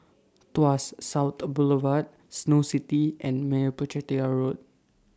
Tuas South Boulevard Snow City and Meyappa Chettiar Road